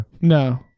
No